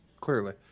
clearly